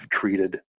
treated